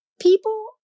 people